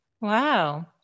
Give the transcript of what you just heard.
wow